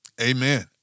Amen